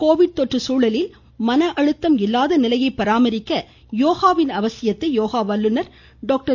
Covid தொற்று சூழலில் மன அழுத்தம் இல்லாத நிலையை பராமரிக்க யோகாவின் அவசியத்தை யோகா வல்லுநர் டாக்டர்